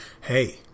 Hey